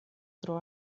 tro